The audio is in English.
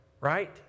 Right